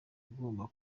agomba